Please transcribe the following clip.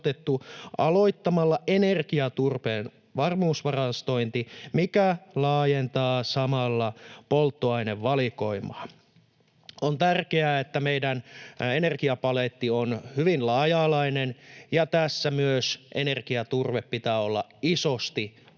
aloittamalla energiaturpeen varmuusvarastointi, mikä laajentaa samalla polttoainevalikoimaa.” On tärkeää, että meidän energiapaletti on hyvin laaja-alainen, ja tässä myös energiaturve pitää olla isosti